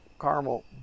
caramel